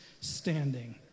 standing